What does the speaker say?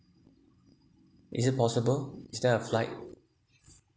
is it possible is there a flight